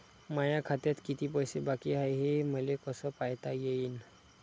माया खात्यात किती पैसे बाकी हाय, हे मले कस पायता येईन?